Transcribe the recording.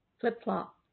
Flip-flop